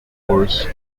force